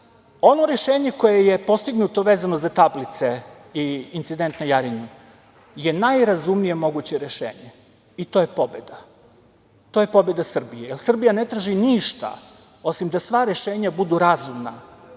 rešenje koje je postignuto vezano za tablice i incident na Jarinju je najrazumnije moguće rešenje i to je pobeda, to je pobeda Srbije, jer Srbija ne traži ništa osim da sva rešenja budu razumna